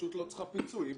הרשות לא צריכה פיצוי.